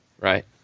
Right